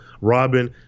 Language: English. Robin